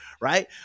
Right